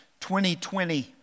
2020